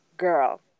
girl